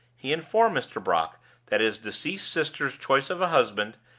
he informed mr. brock that his deceased sister's choice of a husband,